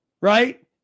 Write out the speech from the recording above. right